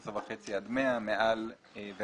מעל 12.5 עד 1001,300,000 שקלים חדשים.